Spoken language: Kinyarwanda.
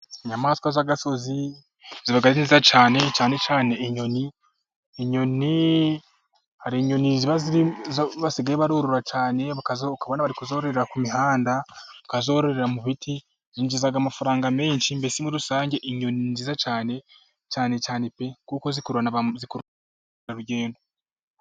Inyamaswa z'agasozi ziba nziza cyane, cyane cyane inyoni, inyoni hari inyoni basigaye bororora cyane, kuzorora ku mihanda kazororera mu biti bigira amafaranga menshi, mbese muri rusange inyoni ni nziza cyane pe kuko zikurura na bamukerarugendo.